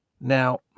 Now